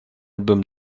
album